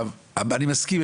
ואני מסכים,